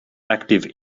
active